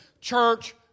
church